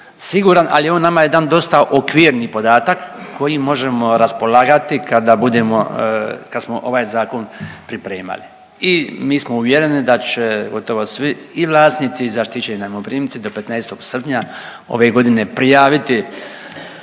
siguran, ali je on nama jedan dosta okvirni podatak kojim možemo raspolagati kada budemo, kad smo ovaj zakon pripremali. I mi smo uvjereni da će gotovo svi i vlasnici i zaštićeni najmoprimci do 15. srpnja ove godine prijaviti